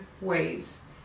ways